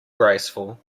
graceful